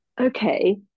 okay